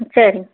ம் சரிங்க